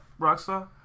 Rockstar